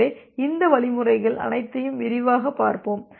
எனவே இந்த வழிமுறைகள் அனைத்தையும் விரிவாகப் பார்ப்போம்